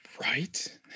right